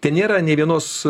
tai nėra nė vienos